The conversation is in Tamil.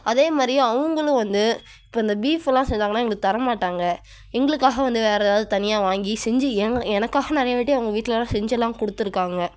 அதேமாதிரி அவுங்களும் வந்து இப்போது இந்த பீஃப்பெல்லாம் செஞ்சாங்கன்னா எங்களுக்கு தரமாட்டாங்க எங்களுக்காக வந்து வேறு ஏதாவது தனியாக வாங்கி செஞ்சு எனக்காக நிறையாவாட்டி அவங்க வீட்டிலலாம் செஞ்செல்லாம் கொடுத்துருக்காங்க